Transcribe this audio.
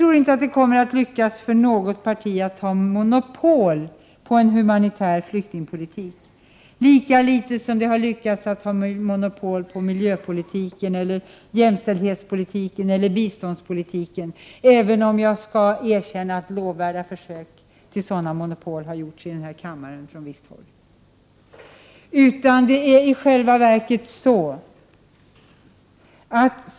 Jag tror inte att det kommer att lyckas för något parti att ha monopol på en humanitär flyktingpolitik, lika litet som det har lyckats att ha monopol på miljöpolitiken, jämställdhetspolitiken eller biståndspolitiken, även om jag skall erkänna att lovvärda försök till sådana monopol har gjorts här i kammaren från visst håll.